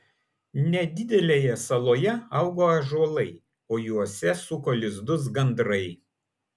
nedidelėje saloje augo ąžuolai o juose suko lizdus gandrai